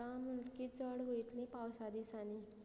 आतां म्हुणटगी चड वयतली पावसा दिसांनी